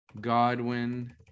Godwin